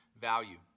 value